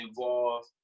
involved